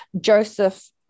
Joseph